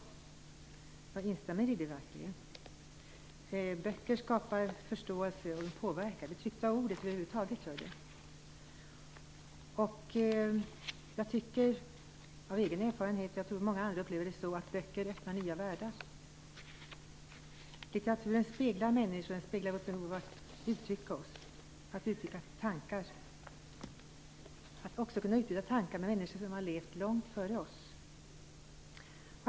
Jag instämmer i det. Böcker skapar förståelse och påverkar - det tryckta ordet över huvud taget gör det. Jag tycker av egen erfarenhet, och jag tror att många andra upplever det så, att böcker öppnar nya världar. Litteraturen speglar människan, speglar vårt behov att uttrycka tankar och att kunna utbyta tankar med människor som har levt långt före oss.